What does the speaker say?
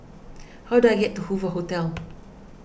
how do I get to Hoover Hotel